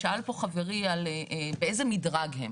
שאל פה חברי באיזה מדרג הם.